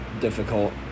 difficult